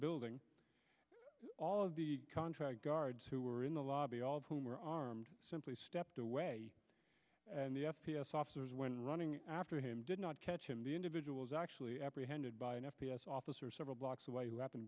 building all of the contract guards who were in the lobby all of whom were armed simply stepped away and the f p s officers when running after him did not catch him the individuals actually apprehended by an f p s officer several blocks away w